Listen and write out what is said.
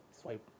Swipe